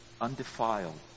undefiled